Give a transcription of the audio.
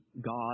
God